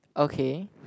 okay